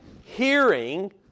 hearing